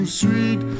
sweet